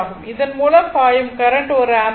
இதன் மூலம் பாயும் கரண்ட் ஒரு ஆம்பியர்